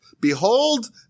Behold